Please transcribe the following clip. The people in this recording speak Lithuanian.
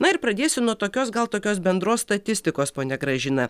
na ir pradėsiu nuo tokios gal tokios bendros statistikos ponia gražina